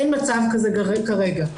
אין מצב כזה כרגע.